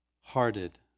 hearted